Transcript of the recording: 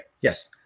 Yes